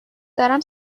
دارم